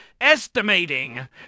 estimating